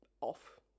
off